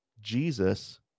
Jesus